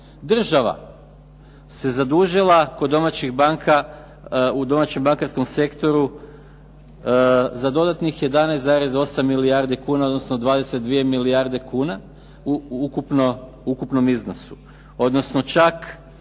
domaćih banka u domaćem bankarskom sektoru za dodatnih 11,8 milijardi kuna, odnosno 22 milijarde kuna u ukupnom iznosu, odnosno čak